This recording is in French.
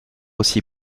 aussi